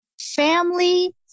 Family